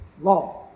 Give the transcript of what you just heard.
law